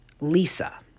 Lisa